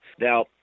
Now